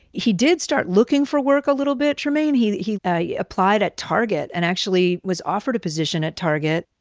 he did start looking for work a little bit, trymaine. he he ah yeah applied at target and actually was offered a position at target.